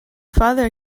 father